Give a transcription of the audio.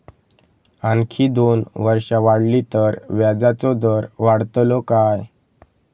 आणखी दोन वर्षा वाढली तर व्याजाचो दर वाढतलो काय?